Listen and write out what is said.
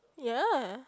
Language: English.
yeah